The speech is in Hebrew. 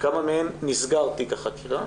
לגבי כמה מהן נסגר תיק החקירה